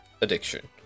addiction